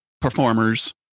performers